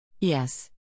Yes